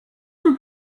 would